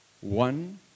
one